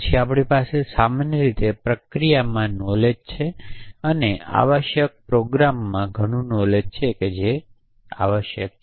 પછી આપણી પાસે સામાન્ય રીતે પ્રક્રિયામાં નોલેજ છે અને આવશ્યક પ્રોગ્રામમાં ઘણું નોલેજ છે જે આવશ્યક નથી